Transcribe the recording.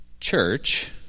church